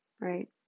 right